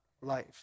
life